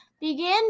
began